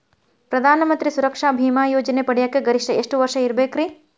ಪ್ರಧಾನ ಮಂತ್ರಿ ಸುರಕ್ಷಾ ಭೇಮಾ ಯೋಜನೆ ಪಡಿಯಾಕ್ ಗರಿಷ್ಠ ಎಷ್ಟ ವರ್ಷ ಇರ್ಬೇಕ್ರಿ?